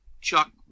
Chuck